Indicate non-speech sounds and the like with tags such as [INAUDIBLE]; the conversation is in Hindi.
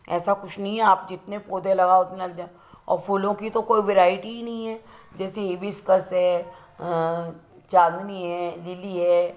ऐसा कुछ नहीं है आप जितने पौधे लगाओ उतनी [UNINTELLIGIBLE] और फ़ूलों कि तो कोई वेरायटी ही नहीं है जैसे एबिस्कस है चांदनी है लिली है